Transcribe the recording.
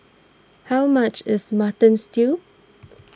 how much is Mutton Stew